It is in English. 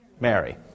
Mary